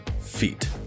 Feet